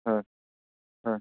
হয় হয়